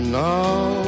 now